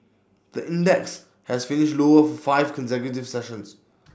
the index has finished lower for five consecutive sessions